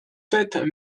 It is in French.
sept